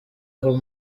aho